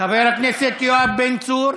חבר הכנסת יואב בן צור?